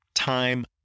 time